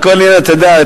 תשמע,